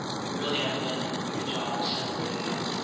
but we really haven't done a good job of separating out the,